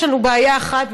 יש לנו בעיה אחת,